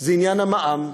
זה עניין המע"מ,